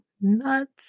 nuts